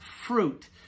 fruit